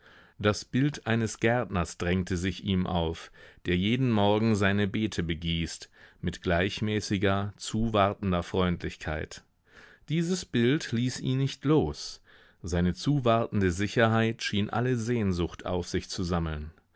das bild eines gärtners drängte sich ihm auf der jeden morgen seine beete begießt mit gleichmäßiger zuwartender freundlichkeit dieses bild ließ ihn nicht los seine zuwartende sicherheit schien alle sehnsucht auf sich zu sammeln